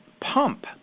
pump